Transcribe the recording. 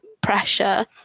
pressure